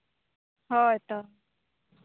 ᱦᱳᱭ ᱛᱚ